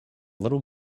little